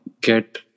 get